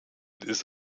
ist